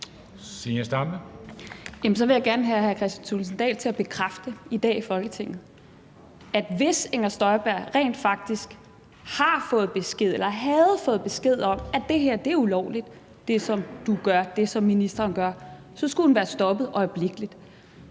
Så vil jeg gerne have hr. Kristian Thulesen Dahl til at bekræfte i dag i Folketinget, at hvis Inger Støjberg rent faktisk havde fået besked om, at det, som ministeren gør, er ulovligt, skulle hun være stoppet øjeblikkeligt,